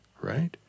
right